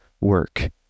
work